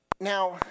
Now